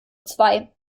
zwei